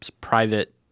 private